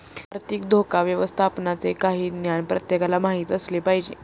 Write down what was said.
आर्थिक धोका व्यवस्थापनाचे काही ज्ञान प्रत्येकाला माहित असले पाहिजे